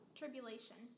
tribulation